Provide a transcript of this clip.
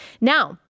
Now